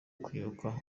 kwibuka